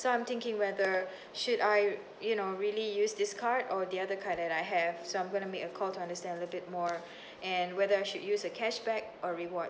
so I'm thinking whether should I you know really use this card or the other card that I have so I'm gonna make a call to understand a little bit more and whether I should use a cashback or rewards